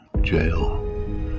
jail